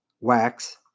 wax